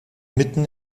mitten